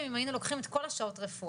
אם היינו לוקחים את כל שעות הרפואה,